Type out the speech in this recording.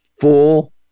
full